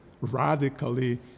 radically